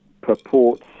purports